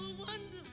wonderful